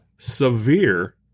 Severe